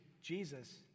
Jesus